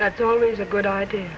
that's always a good idea